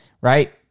right